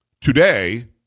Today